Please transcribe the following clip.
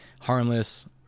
harmless